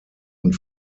und